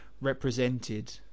represented